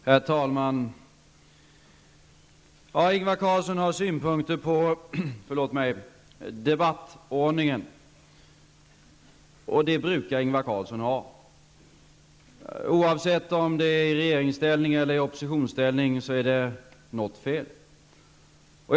Herr talman! Ingvar Carlsson har synpunkter på debattordningen, och det brukar han ha. Oavsett om han är i regeringsställning eller i oppositionsställning är det något som är fel.